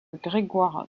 grégoire